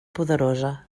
poderosa